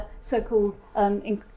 so-called